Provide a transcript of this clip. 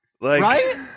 Right